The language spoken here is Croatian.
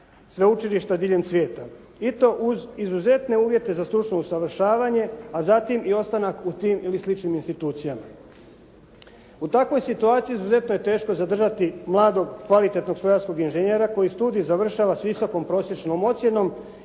sveučilišta diljem svijeta i to uz izuzetne uvjete za stručno usavršavanje a zatim i ostanak u tim ili sličnim institucijama. U takvoj situaciji izuzetno je teško zadržati mladog kvalitetnog strojarskog inženjera koji studij završava s visokom prosječnom ocjenom